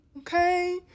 okay